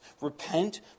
Repent